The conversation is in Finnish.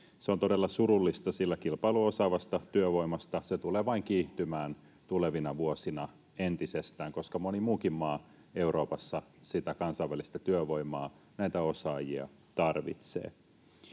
Se on todella surullista, sillä kilpailu osaavasta työvoimasta tulee vain kiihtymään tulevina vuosina entisestään, koska moni muukin maa Euroopassa sitä kansainvälistä työvoimaa, näitä osaajia, tarvitsee.